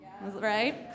right